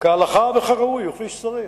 כהלכה וכראוי, כפי שצריך.